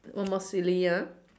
one more silly ah